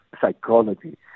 psychology